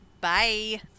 Bye